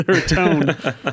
tone